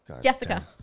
Jessica